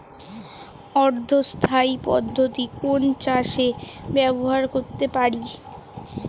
অর্ধ স্থায়ী পদ্ধতি কোন চাষে ব্যবহার করতে পারি?